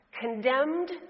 condemned